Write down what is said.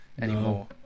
anymore